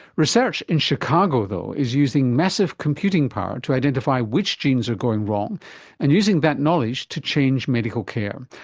research in chicago though is using massive computing power to identify which genes are going wrong and using that knowledge to change medical care.